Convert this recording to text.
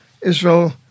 Israel